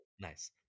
Nice